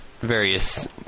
various